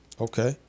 Okay